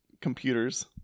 computers